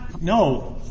No